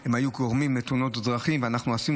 מזמן שעוד היו הרבה תאונות באוטובוסים שהסיעו